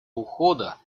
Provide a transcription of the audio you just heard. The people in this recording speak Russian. ухода